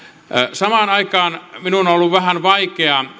samaan aikaan minun on ollut vähän vaikea